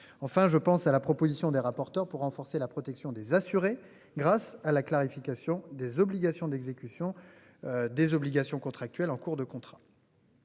enfin je pense à la proposition des rapporteurs pour renforcer la protection des assurés, grâce à la clarification des obligations d'exécution. Des obligations contractuelles en cours de contrat.